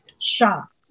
shocked